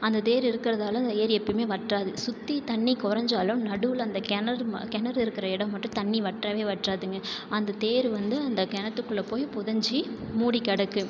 அந்த தேர் இருக்கிறதால ஏரி எப்பையுமே வற்றாது சுற்றி தண்ணி குறஞ்சாலும் நடுவில் அந்த கிணறு ம கிணறு இருக்கிற இடம் மட்டும் தண்ணி வற்றவே வற்றாதுங்க அந்த தேர் வந்து அந்த கிணத்துக்குள்ள போய் புதைஞ்சி மூடிகிடக்கு